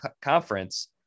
conference